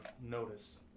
noticed